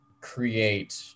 create